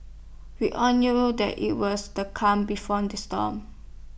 we all knew that IT was the calm before the storm